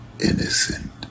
innocent